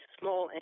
small